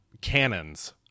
cannons